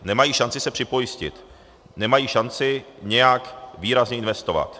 Nemají šanci se připojistit, nemají šanci nějak výrazně investovat.